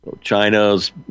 China's